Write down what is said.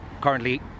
currently